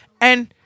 And-